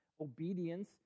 obedience